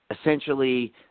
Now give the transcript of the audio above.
essentially